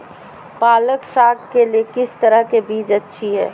पालक साग के लिए किस तरह के बीज अच्छी है?